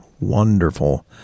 wonderful